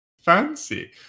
fancy